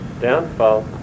downfall